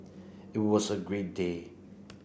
it was a great day